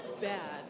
bad